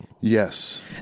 Yes